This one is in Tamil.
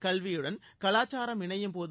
கல்வியுடன் கலாச்சாரம் இணையும்போது